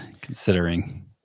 considering